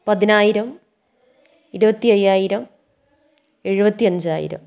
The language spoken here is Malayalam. പതിനായിരം ഇരുപത്തി അയ്യായിരം എഴുപത്തി അഞ്ചായിരം